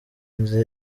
nzi